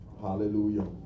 Hallelujah